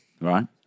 right